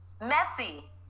messy